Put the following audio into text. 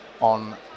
on